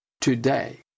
Today